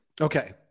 Okay